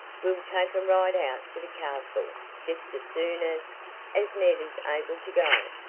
we'll take a ride out to the castle just as soon as as ned is able to go.